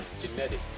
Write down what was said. Genetic